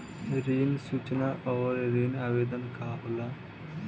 ऋण सूचना और ऋण आवेदन का होला?